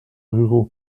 ruraux